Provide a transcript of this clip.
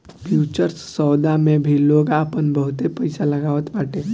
futures सौदा मे भी लोग आपन बहुते पईसा लगावत बाटे